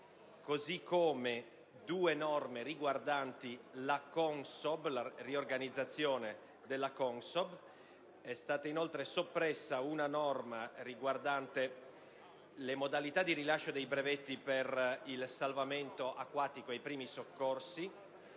così come due norme riguardanti la riorganizzazione della CONSOB. È stata inoltre soppressa una norma riguardante le modalità di rilascio dei brevetti per il salvamento acquatico; è stata soppressa